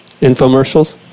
Infomercials